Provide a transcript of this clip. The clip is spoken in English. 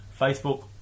Facebook